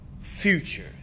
future